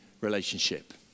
relationship